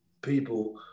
people